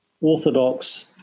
orthodox